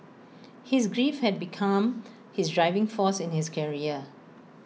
his grief had become his driving force in his career